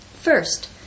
First